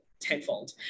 tenfold